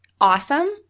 awesome